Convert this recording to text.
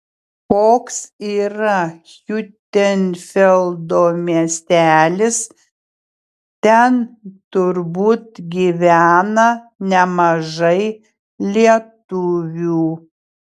koks yra hiutenfeldo miestelis ten turbūt gyvena nemažai lietuvių